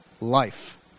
life